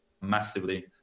massively